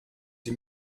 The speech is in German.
die